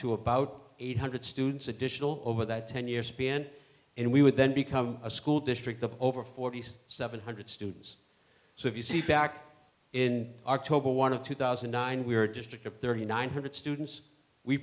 to about eight hundred students additional over that ten year span and we would then become a school district of over forty six seven hundred students so if you see back in october one of two thousand and nine we were just picked up thirty nine hundred students we